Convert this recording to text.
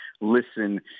listen